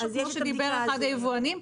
כמו שאמר אחד היבואנים.